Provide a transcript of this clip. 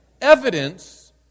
evidence